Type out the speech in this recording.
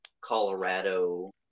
Colorado